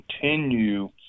continue